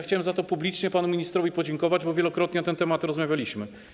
Chciałem publicznie panu ministrowi podziękować, bo wielokrotnie na ten temat rozmawialiśmy.